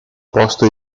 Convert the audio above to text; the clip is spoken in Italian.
posto